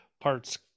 parts